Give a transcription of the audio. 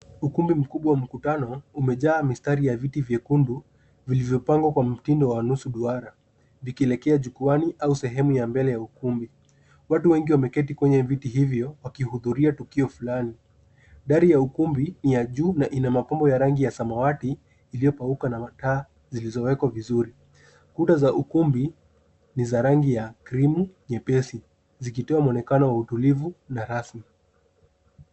Ukumbi mkubwa mkutano umejaa mistari ya viti vyekundu vilivyopangwa kwa mtindo wa nusu duara vikielekea jukwaani au sehemu ya mbele ya ukumbi. Watu wengi wameketi kwenye viti hivyo wakihudhuria tukio fulani. Dari ya ukumbi ni ya juu na ina mapambo ya rangi ya samawati iliyopauka na mataa zilizowekwa vizuri. Kura za ukumbi ni za rangi ya krimu nyepesi zikitoa mwonekano wa utulivu na rasmi.